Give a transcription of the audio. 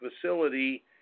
facility